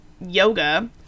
Yoga